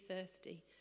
thirsty